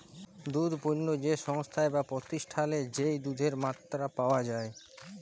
দুধ পণ্য যে সংস্থায় বা প্রতিষ্ঠালে যেই দুধের মাত্রা পাওয়া যাই